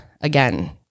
again